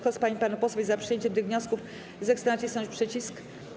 Kto z pań i panów posłów jest za przyjęciem tych wniosków, zechce nacisnąć przycisk.